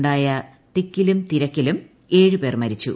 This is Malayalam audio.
ഉണ്ടായ തിക്കിലും ്തിരക്കിലും ഏഴ് പേർ മരിച്ചു